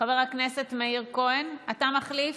חבר הכנסת מאיר כהן, אתה מחליף?